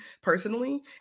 personally